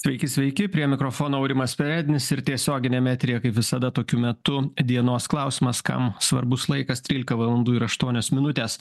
sveiki sveiki prie mikrofono aurimas perednis ir tiesioginiam etery kaip visada tokiu metu dienos klausimas kam svarbus laikas trylika valandų ir aštuonios minutės